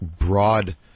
broad